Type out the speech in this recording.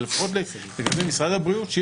אבל לפחות לגבי משרד הבריאות,